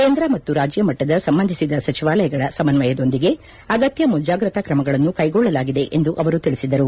ಕೇಂದ್ರ ಮತ್ತು ರಾಜ್ಯಮಟ್ಟದ ಸಂಬಂಧಿಸಿದ ಸಚಿವಾಲಯಗಳ ಸಮನ್ವಯತೆಯೊಂದಿಗೆ ಆಗತ್ತ ಮುಂಜಾಗ್ರತಾ ಕ್ರಮಗಳನ್ನು ಕೈಗೊಳ್ಳಲಾಗಿದೆ ಎಂದು ಅವರು ತಿಳಿಸಿದರು